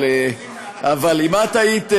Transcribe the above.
אבל אם את היית,